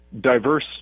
diverse